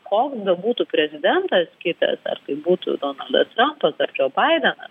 koks bebūtų prezidentas kitas ar tai būtų donaldas trampas ar džo baidenas